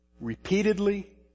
repeatedly